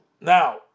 Now